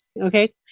Okay